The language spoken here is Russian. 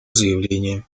заявление